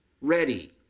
ready